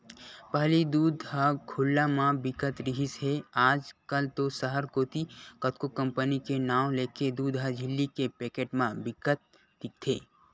पहिली दूद ह खुल्ला म बिकत रिहिस हे आज कल तो सहर कोती कतको कंपनी के नांव लेके दूद ह झिल्ली के पैकेट म बिकत दिखथे